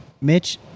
Mitch